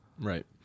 Right